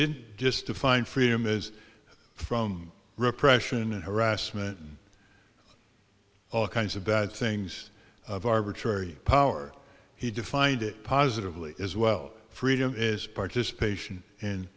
didn't just define freedom is from repression and harassment all kinds of bad things of arbitrary power he defined it positively as well freedom is participation in